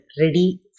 ready